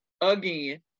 again